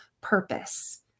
purpose